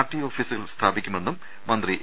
T ഓഫീസുകൾ സ്ഥാപിക്കുമെന്ന് മന്ത്രി എ